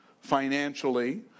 financially